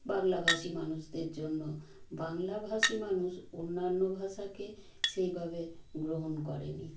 বাংলাভাষী মানুষদের জন্য বাংলাভাষী মানুষ অন্যান্য ভাষাকে সেইভাবে গ্রহণ করে নি